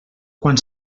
quan